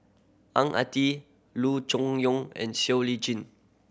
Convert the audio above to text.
Ang Ah Tee Loo Choon Yong and Siow Lee Chin